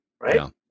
right